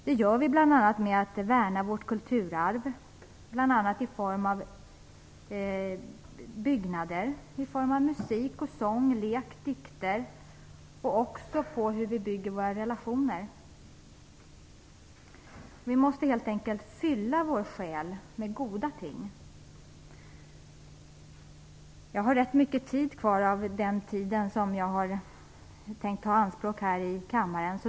Det gör vi bl.a. genom att värna vårt kulturarv i form av bl.a. byggnader, musik, sång, lek, dikter och hur vi bygger våra relationer. Vi måste helt enkelt fylla vår själ med goda ting. Jag har rätt mycket tid kvar av den taletid som jag tänkt ta i anspråk här i kammaren.